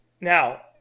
now